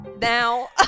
Now